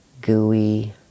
gooey